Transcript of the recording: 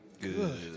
good